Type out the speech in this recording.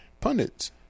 pundits